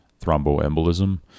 thromboembolism